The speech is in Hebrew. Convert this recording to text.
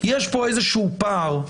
יש פה איזשהו פער.